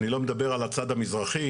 אני לא מדבר על הצד המזרחי